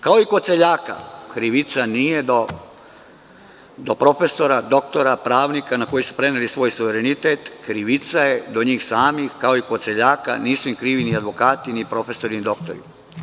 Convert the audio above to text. Kao i kod seljaka, krivica nije do profesora, doktora, pravnika na koje su preneli svoj suverenitet, krivica je do njih samih, kao i kod seljaka, nisu im krivi ni advokati ni profesori ni doktori.